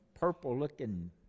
purple-looking